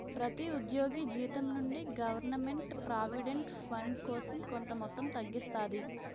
ప్రతి ఉద్యోగి జీతం నుండి గవర్నమెంట్ ప్రావిడెంట్ ఫండ్ కోసం కొంత మొత్తం తగ్గిస్తాది